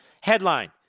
Headline